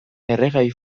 erregai